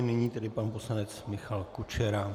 Nyní tedy pan poslanec Michal Kučera.